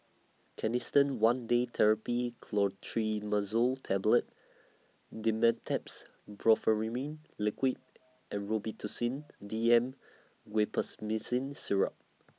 Canesten one Day Therapy Clotrimazole Tablet Dimetapp Brompheniramine Liquid and Robitussin D M Guaiphenesin Syrup